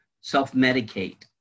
self-medicate